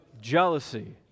Jealousy